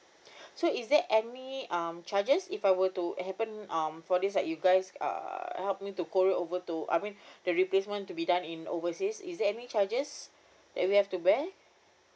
so is there any um charges if I were to happen um for this like you guys uh help me to call it over to I mean the replacement to be done in overseas is there any charges that we have to bear